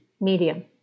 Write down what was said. medium